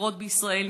מבקרות בישראל,